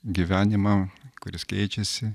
gyvenimą kuris keičiasi